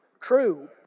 True